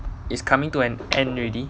it's coming to an end already